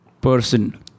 person